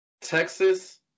Texas